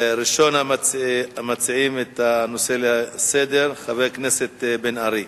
ראשון המציעים הוא חבר הכנסת מיכאל בן-ארי.